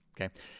okay